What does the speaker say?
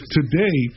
Today